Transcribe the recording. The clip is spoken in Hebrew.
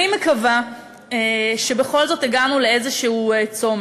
אני מקווה שבכל זאת הגענו לאיזה צומת.